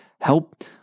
help